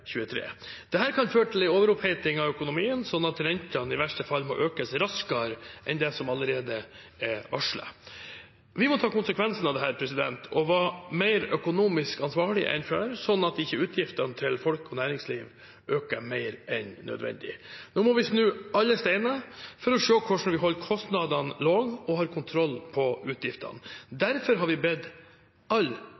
kan føre til en overoppheting av økonomien, slik at rentene i verste fall må økes raskere enn det som allerede er varslet. Vi må ta konsekvensene av dette og være mer økonomisk ansvarlige enn før, slik at ikke utgiftene til folk og næringsliv øker mer enn nødvendig. Nå må vi snu alle steiner for å se hvordan vi holder kostnadene lave og har kontroll på utgiftene.